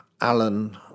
Alan